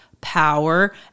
power